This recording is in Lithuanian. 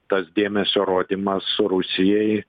tas dėmesio rodymas su rusija